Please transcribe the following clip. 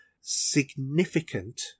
significant